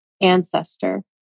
Ancestor